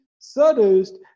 seduced